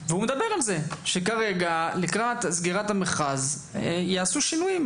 והוא מדבר על זה שכרגע לקראת סגירת המכרז ייעשו שינויים.